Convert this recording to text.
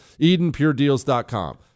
EdenPureDeals.com